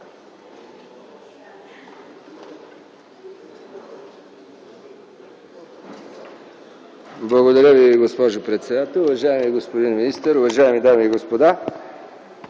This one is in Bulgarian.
Благодаря Ви, госпожо председател. Уважаеми господин министър, уважаеми дами и господа!